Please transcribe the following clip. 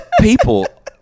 people